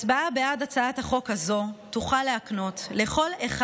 הצבעה בעד הצעת החוק הזו תוכל להקנות לכל אחד